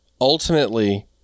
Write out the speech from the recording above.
Ultimately